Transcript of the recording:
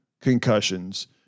concussions